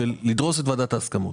ולדרוס את ועדת ההסכמות.